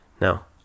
now